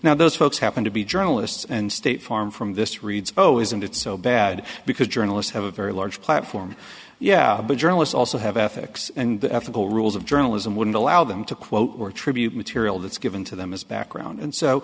now those folks happen to be journalists and state farm from this reads oh isn't it so bad because journalists have a very large platform yeah but journalists also have ethics and the ethical rules of journalism wouldn't allow them to quote or attribute material that's given to them as background and so